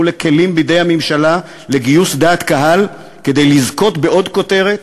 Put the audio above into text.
הפכו לכלים בידי הממשלה לגיוס דעת קהל כדי לזכות בעוד כותרת,